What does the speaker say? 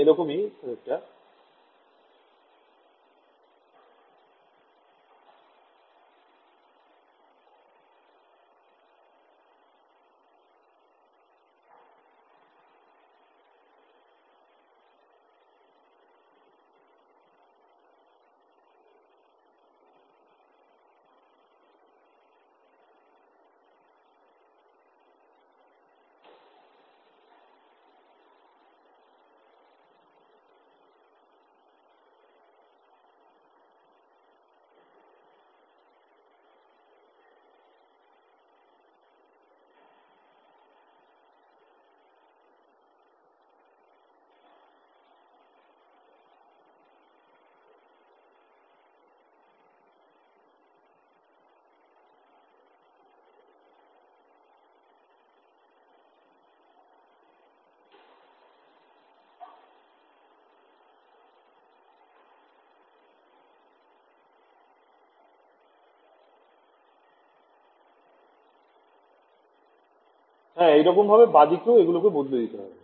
একই রকম ভাবে বাঁদিকেও এগুলকে বদলে দিতে হবে